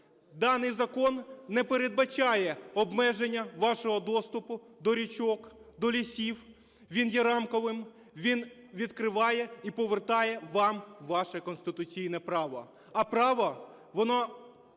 Даний закон не передбачає обмеження вашого доступу до річок, до лісів. Він є рамковим. Відкриває і повертає вам ваше конституційне право. А право, воно